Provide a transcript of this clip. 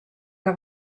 que